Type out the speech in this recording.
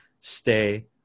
stay